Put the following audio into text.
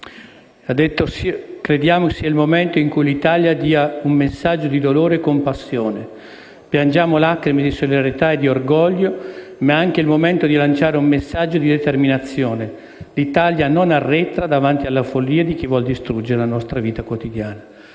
infatti, che crediamo «sia il momento in cui l'Italia dia un messaggio di dolore e compassione. Piangiamo lacrime di solidarietà e di cordoglio, ma è anche il momento di lanciare un messaggio di determinazione: l'Italia non arretra davanti alla follia di chi vuole disintegrare la vita quotidiana».